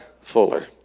Fuller